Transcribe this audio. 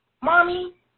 Mommy